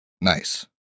Nice